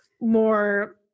more